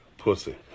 pussy